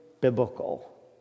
biblical